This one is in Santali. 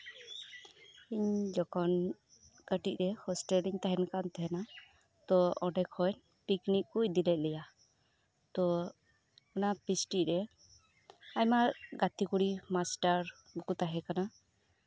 ᱤᱧ ᱡᱚᱠᱷᱚᱱ ᱠᱟᱹᱴᱤᱡ ᱨᱮ ᱦᱚᱥᱴᱮᱞᱨᱤᱧ ᱛᱟᱸᱦᱮᱱ ᱠᱟᱱ ᱛᱟᱸᱦᱮᱱᱟ ᱛᱳ ᱚᱱᱰᱮ ᱠᱷᱚᱡ ᱯᱤᱠᱱᱤᱠ ᱠᱚ ᱤᱫᱤ ᱞᱮᱫ ᱞᱮᱭᱟ ᱚᱱᱟ ᱯᱷᱤᱥᱴᱤᱨᱮ ᱟᱭᱢᱟ ᱜᱟᱛᱮ ᱠᱩᱲᱤ ᱢᱟᱥᱴᱟᱨ ᱠᱚᱠᱚ ᱛᱟᱸᱦᱮ ᱠᱟᱱᱟ